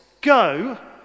Go